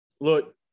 look